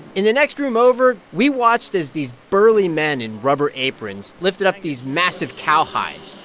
in the next room over, we watched as these burly men in rubber aprons lifted up these massive cow hides,